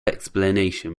explanation